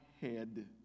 head